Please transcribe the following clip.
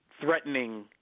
threatening